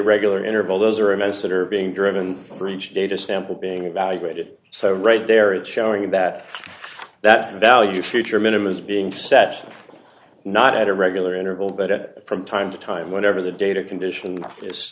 interval those are a mess that are being driven for each data sample being evaluated so right there it's showing that that value future minimum is being set not at a regular interval but it from time to time whenever the data condition this